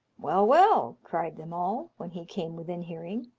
well, well, cried them all, when he came within hearing,